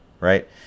right